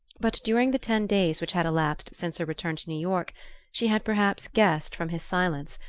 but during the ten days which had elapsed since her return to new york she had perhaps guessed from his silence,